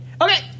okay